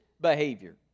behavior